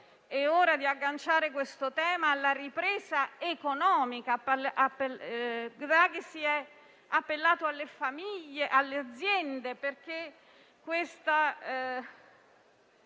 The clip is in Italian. è ora di agganciare questo tema alla ripresa economica. Draghi si è appellato alle famiglie e alle aziende, perché la